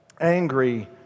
angry